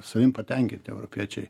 savim patenkinti europiečiai